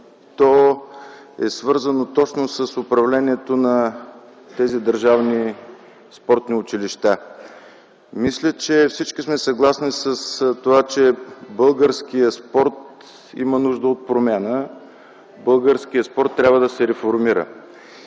то е свързано точно с управлението на държавните спортни училища. Мисля, че всички сме съгласни с това, че българският спорт има нужда от промяна, българският спорт трябва да се реформира.